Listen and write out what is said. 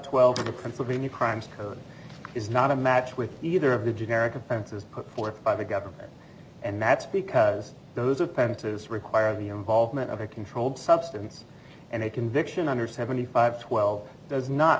new crimes code is not a match with either of the generic offenses put forth by the government and that's because those offenses require the involvement of a controlled substance and a conviction under seventy five twelve does not